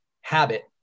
habit